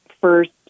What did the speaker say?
first